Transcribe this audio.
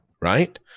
right